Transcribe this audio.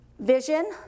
Vision